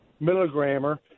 milligrammer